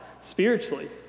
spiritually